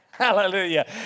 Hallelujah